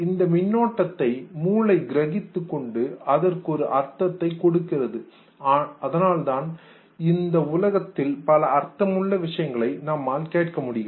இந்த மின்னோட்டத்தை மூளை கிரகித்துக் கொண்டு அதற்கு ஒரு அர்த்தத்தை கொடுக்கிறது அதனால் தான் இந்த உலகில் பல அர்த்தமுள்ள விஷயங்களை நம்மால் கேட்க முடிகிறது